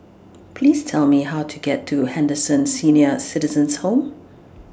Please Tell Me How to get to Henderson Senior Citizens' Home